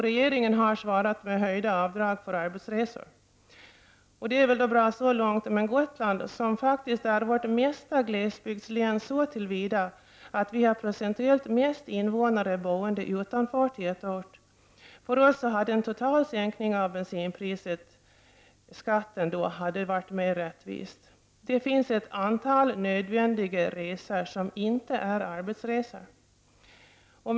Regeringen har svarat med höjda avdrag för arbetsresor. Och det är väl bra så långt. Men för Gotland, som faktiskt är landets mesta glesbygdslän så till vida att Gotland procentuellt har mest invånare boende utanför tätort, hade en total sänkning av bensinpriset/- skatten varit mera rättvis. Det finns ett antal nödvändiga resor som inte är arbetsresor.